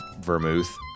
vermouth